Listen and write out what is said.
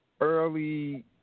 early